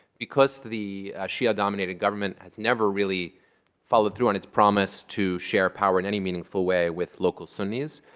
because the shia-dominated government has never really followed through on its promise to share power in any meaningful way with local sunnis,